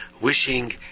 wishing